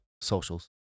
socials